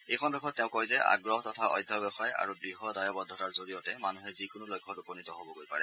এই সন্দৰ্ভত তেওঁ কয় যে অধ্যাৱসায় আৰু দৃঢ় দায়বদ্ধতাৰ জৰিয়তে মানুহ যিকোনো লক্ষ্যত উপনীত হবগৈ পাৰে